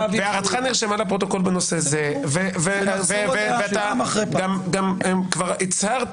הערתך נרשמה לפרוטוקול בנושא זה וכבר הצהרת